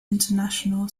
international